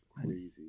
crazy